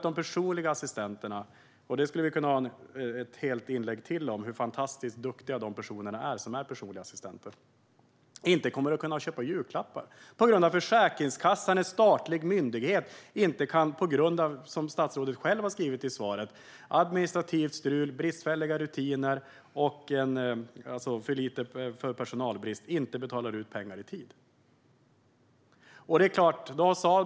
De personliga assistenterna - vi skulle kunna ha ett helt inlägg till om hur fantastiskt duktiga de är - kommer inte att kunna köpa julklappar på grund av att Försäkringskassan, en statlig myndighet, inte kan betala ut pengar i tid på grund av, som statsrådet själv säger i svaret, administrativt strul, bristfälliga rutiner och personalbrist.